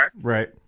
Right